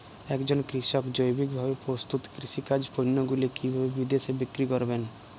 একজন কৃষক জৈবিকভাবে প্রস্তুত কৃষিজাত পণ্যগুলি কিভাবে বিদেশে বিক্রি করবেন?